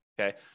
okay